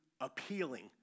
appealing